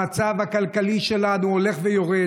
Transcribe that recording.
המצב הכלכלי שלנו הולך ויורד,